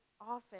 often